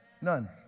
None